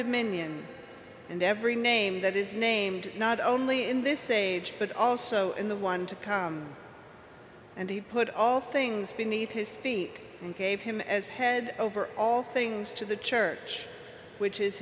dominion and every name that is named not only in this age but also in the one to come and he put all things beneath his feet and gave him as head over all things to the church which is